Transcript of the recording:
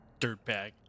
dirtbag